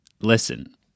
listen